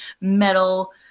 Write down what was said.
metal